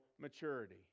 maturity